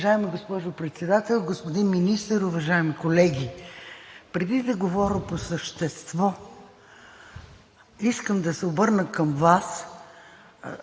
Уважаема госпожо Председател, господин Министър, уважаеми колеги! Преди да говоря по същество, искам да се обърна към Вас